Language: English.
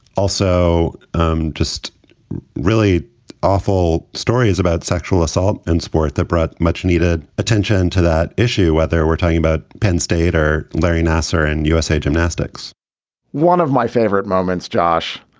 also um just really awful stories about sexual assault in sport that brought much needed attention to that issue, whether we're talking about penn state or larry nassar and usa gymnastics one of my favorite moments, josh,